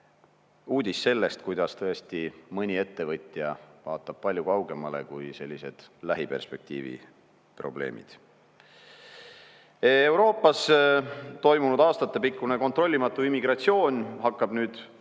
uudis sellest, kuidas mõni ettevõtja tõesti vaatab palju kaugemale kui lähiperspektiivi probleemid. Euroopas toimunud aastatepikkune kontrollimatu immigratsioon hakkab nüüd "vilja